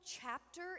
chapter